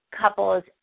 couples